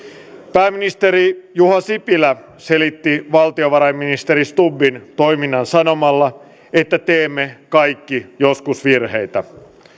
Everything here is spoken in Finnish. pääministeri juha sipilä selitti valtiovarainministeri stubbin toimintaa sanomalla että teemme kaikki joskus virheitä